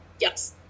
Yes